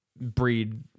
breed